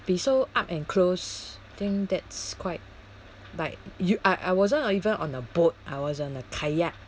be so up and close think that's quite like you I I wasn't even on a boat I was on a kayak